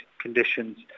conditions